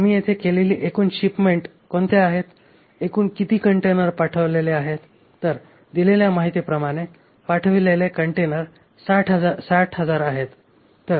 आम्ही येथे केलेली एकूण शिपमेंट कोणते आहेत एकूण किती कंटेनर पाठवलेले आहेत तर दिलेल्या माहितीप्रमाणे पाठविलेले कंटेनर 60000 आहेत